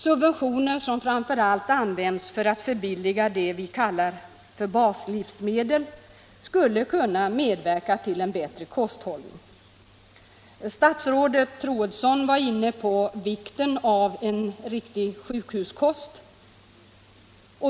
Subventioner, som framför allt används för att förbilliga det vi kallar baslivsmedel, skulle kunna bidra till en bättre kosthushållning. Statsrådet Troedsson talade om vikten av en riktig sjukhuskost.